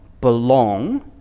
belong